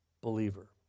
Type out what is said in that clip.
believer